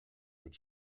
mit